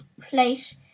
Place